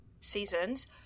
seasons